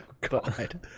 god